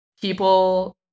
people